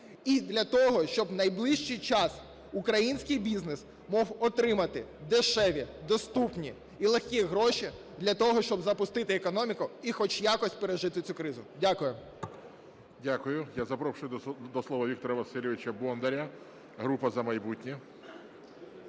для того, щоб найближчий час український бізнес міг отримати дешеві, доступні і легкі гроші для того, щоб запустити економіку і хоч якось пережити цю кризу. Дякую. ГОЛОВУЮЧИЙ. Дякую. Я запрошую до слова Віктора Васильовича Бондаря, група "За майбутнє".